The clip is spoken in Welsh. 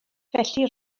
felly